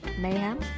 mayhem